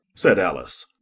said alice.